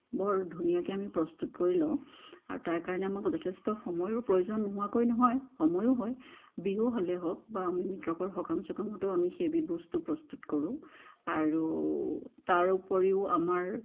বৰ ধুনীয়াকৈ আমি প্ৰস্তুত কৰি লওঁ আৰু তাৰ কাৰণে আমাক যথেষ্ট সময়ো প্ৰয়োজন নোহোৱাকৈ নহয় সময়ো হয় বিহু হ'লেই হওক বা আমি মৃতকৰ সকাম চকাম হওঁতেও আমি সেইবিধ বস্তু প্ৰস্তুত কৰোঁ আৰু তাৰ উপৰিও আমাৰ